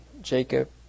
Jacob